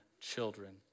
children